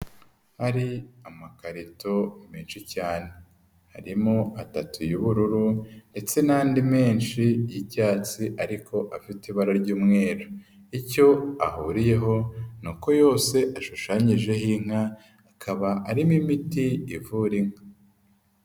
Ahari amakarito menshi cyane harimo atatu y'ubururu ndetse n'andi menshi y'icyatsi ariko afite ibara ry'umweru, icyo ahuriyeho ni uko yose ashushanyijeho inka akaba arimo imiti ivura inka.